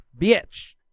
bitch